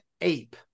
ape